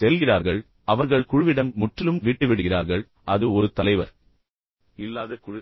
செல்கிறார்கள் அவர்கள் குழுவிடம் முற்றிலும் விட்டுவிடுகிறார்கள் அது ஒரு தலைவர் இல்லாத குழு